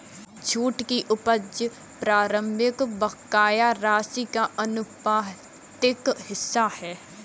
छूट की उपज प्रारंभिक बकाया राशि का आनुपातिक हिस्सा है